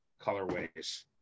colorways